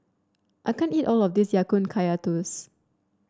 I can't eat all of this Ya Kun Kaya Toast